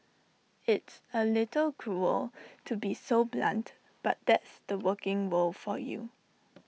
it's A little cruel to be so blunt but that's the working world for you